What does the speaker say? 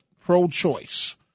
pro-choice